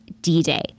D-Day